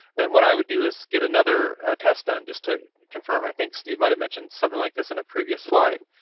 then what i would do is get another test done, just to confirm. i think steve might have mentioned something like this in a previous slide.